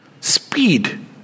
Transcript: Speed